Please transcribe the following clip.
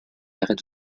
arrêts